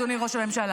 אדוני ראש הממשלה.